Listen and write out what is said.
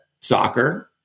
soccer